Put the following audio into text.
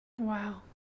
Wow